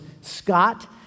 Scott